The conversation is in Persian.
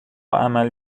عمل